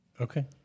Okay